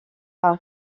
par